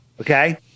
Okay